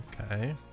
Okay